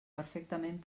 perfectament